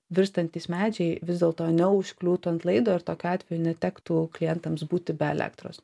virstantys medžiai vis dėlto neužkliūtų ant laido ir tokiu atveju netektų klientams būti be elektros